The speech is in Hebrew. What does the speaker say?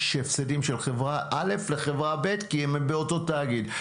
הפסדים של חברה א' על חברה ב' כי הם באותו תאגיד.